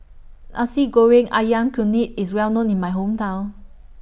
Nasi Goreng Ayam Kunyit IS Well known in My Hometown